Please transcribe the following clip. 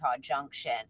Junction